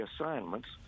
assignments –